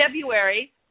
February